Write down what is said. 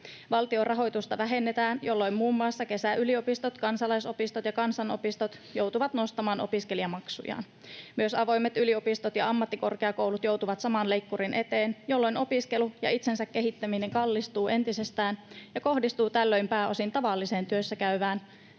Valtion rahoitusta vähennetään, jolloin muun muassa kesäyliopistot, kansalaisopistot ja kansanopistot joutuvat nostamaan opiskelijamaksujaan. Myös avoimet yliopistot ja ammattikorkeakoulut joutuvat saman leikkurin eteen, jolloin opiskelu ja itsensä kehittäminen kallistuvat entisestään, ja se kohdistuu tällöin pääosin tavalliseen työssäkäyvään,